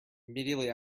immediately